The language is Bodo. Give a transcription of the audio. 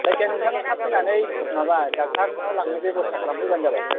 जायखिआ नोंथाङा थाब फैनानै माबा दाखथारनाव लांनो बेबस्था खालाम फैबानो जाबाय